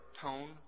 tone